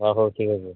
ଅ ହଉ ଠିକଅଛି